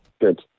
Good